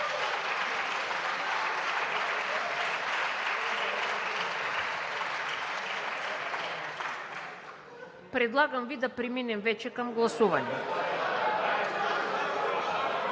Предлагам Ви да преминем вече към гласуване.